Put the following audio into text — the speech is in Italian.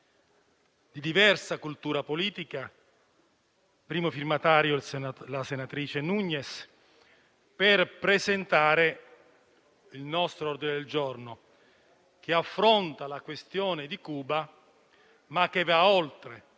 di diversa cultura politica, a prima firma della senatrice Nugnes, per presentare il nostro ordine del giorno che affronta la questione di Cuba, ma che va oltre